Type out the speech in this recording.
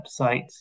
websites